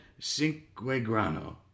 Cinquegrano